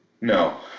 No